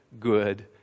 good